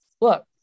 look